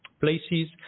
places